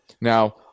Now